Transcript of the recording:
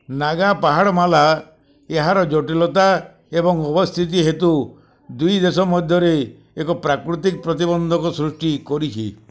ନାଗା ପାହାଡ଼ ମାଲା ଏହାର ଜଟିଳତା ଏବଂ ଅବସ୍ଥିତି ହେତୁ ଦୁଇ ଦେଶ ମଧ୍ୟରେ ଏକ ପ୍ରାକୃତିକ ପ୍ରତିବନ୍ଧକ ସୃଷ୍ଟି କରିଛି